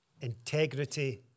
integrity